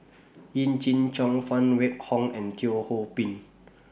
Yee Jenn Jong Phan Wait Hong and Teo Ho Pin